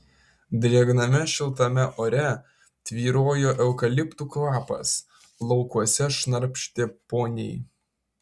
drėgname šiltame ore tvyrojo eukaliptų kvapas laukuose šnarpštė poniai